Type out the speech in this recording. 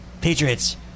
Patriots